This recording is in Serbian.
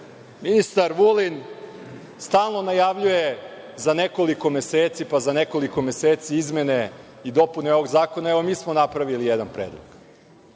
red? Ministar Vulin stalno najavljuje – za nekoliko meseci, pa za nekoliko meseci, izmene i dopune ovog zakona. Evo, mi smo napravili jedan predlog,